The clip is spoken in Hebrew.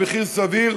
במחיר סביר,